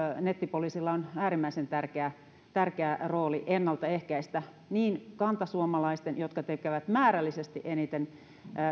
nettipoliisilla on äärimmäisen tärkeä tärkeä rooli ennalta ehkäistä niitä niin kantasuomalaisilla jotka tekevät määrällisesti eniten